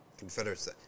Confederates